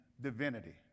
divinity